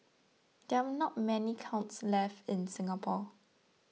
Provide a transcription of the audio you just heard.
there are not many kilns left in Singapore